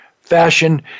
fashion